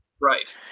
Right